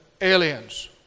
aliens